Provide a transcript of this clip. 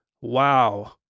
Wow